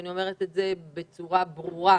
ואני אומרת את זה בצורה ברורה: